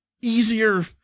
easier